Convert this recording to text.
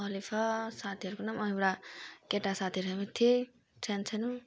अलिफा साथीहरूको नाम एउटा केटा साथीहरू पनि थिए सानो सानो